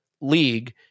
league